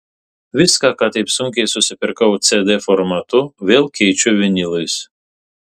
viską ką taip sunkiai susipirkau cd formatu vėl keičiu vinilais